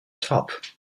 top